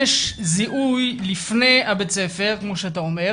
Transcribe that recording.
יש זיהוי לפני בית הספר כמו שאתה אומר,